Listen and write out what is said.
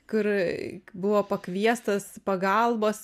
kur buvo pakviestas pagalbos